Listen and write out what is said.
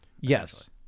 Yes